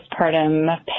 postpartum